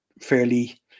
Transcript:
fairly